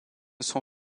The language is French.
son